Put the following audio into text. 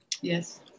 Yes